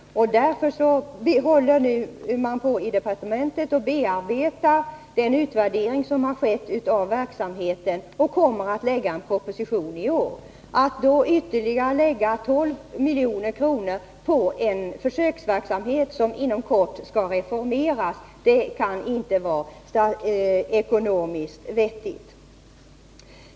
Därför håller man i departementet på och bearbetar den utvärdering som skett av verksamheten, och man kommer att lägga fram en proposition i år. Att då ytterligare lägga ut 12 milj.kr. på en försöksverksamhet, som inom kort skall reformeras, kan inte vara ekonomiskt vettigt.